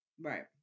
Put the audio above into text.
Right